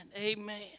Amen